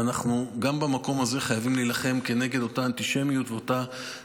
ואנחנו גם במקום הזה חייבים להילחם כנגד אותה אנטישמיות ואותו